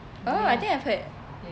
oh I think I've heard